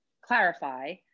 clarify